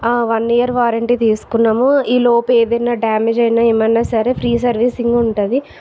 ఆ one year warranty తీసుకున్నాము ఈ లోపు ఏదైనా డ్యామేజ్ అయినా ఏమైనా సరే ఫ్రీ సర్వీసింగ్ ఉంటుంది